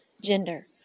gender